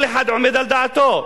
כל אחד עומד על דעתו.